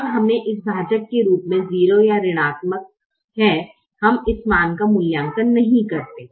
जब हमे एक भाजक के रूप में 0 या ऋणात्मक है हम उस मान का मूल्यांकन नहीं करते हैं